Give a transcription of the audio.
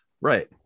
Right